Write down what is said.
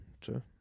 true